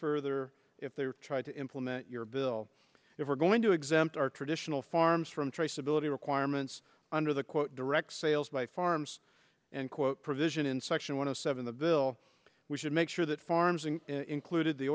further if they try to implement your bill if we're going to exempt our traditional farms from traceability requirements under the direct sales by farms and quote provision in section one of seven the bill we should make sure that farms and included the